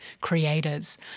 creators